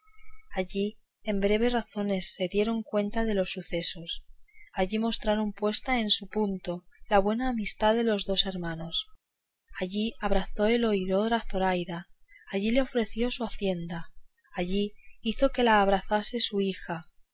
allí en breves razones se dieron cuenta de sus sucesos allí mostraron puesta en su punto la buena amistad de dos hermanos allí abrazó el oidor a zoraida allí la ofreció su hacienda allí hizo que la abrazase su hija